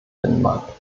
binnenmarkt